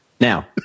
Now